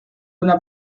una